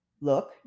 look